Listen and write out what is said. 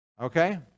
Okay